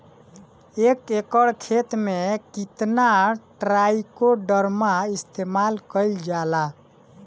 एक एकड़ खेत में कितना ट्राइकोडर्मा इस्तेमाल कईल जाला?